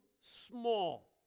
small